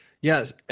Yes